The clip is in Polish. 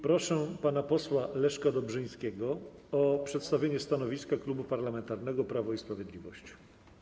Proszę pana posła Leszka Dobrzyńskiego o przedstawienie stanowiska Klubu Parlamentarnego Prawo i Sprawiedliwość.